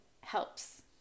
helps